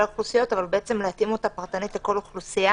האוכלוסיות אבל בעצם להתאים אותה פרטנית לכל אוכלוסייה.